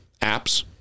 apps